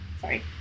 sorry